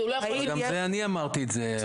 גם אמרתי את זה,